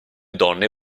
donne